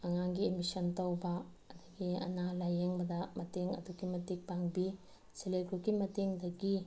ꯑꯉꯥꯡꯒꯤ ꯑꯦꯠꯃꯤꯁꯟ ꯇꯧꯕ ꯑꯗꯒꯤ ꯑꯅꯥ ꯂꯥꯏꯌꯦꯡꯕꯗ ꯃꯇꯦꯡ ꯑꯗꯨꯛꯀꯤ ꯃꯇꯤꯛ ꯄꯥꯡꯕꯤ ꯁꯦꯜꯐ ꯍꯦꯜꯞ ꯒ꯭ꯔꯨꯞꯀꯤ ꯃꯇꯦꯡꯗꯒꯤ